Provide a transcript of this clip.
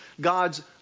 God's